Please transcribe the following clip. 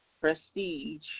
prestige